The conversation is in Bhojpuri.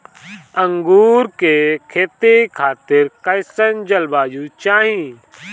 अंगूर के खेती खातिर कइसन जलवायु चाही?